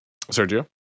Sergio